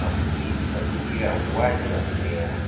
na kudhibiti ukuaji wa mimea.